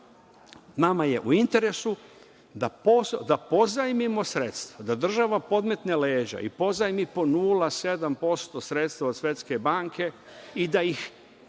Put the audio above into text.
nama je u interesu da pozajmimo sredstva, da država podmetne leđa i pozajmi po 0,7% sredstva od Svetske banke i da ih, ona